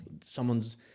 someone's